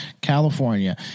California